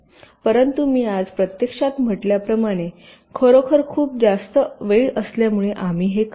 परंतु मी आज प्रत्यक्षात म्हटल्याप्रमाणे खरोखर खूप जास्त वेळ असल्यामुळे आम्ही हे करतो